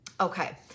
Okay